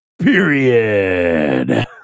Period